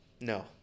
No